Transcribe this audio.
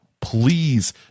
please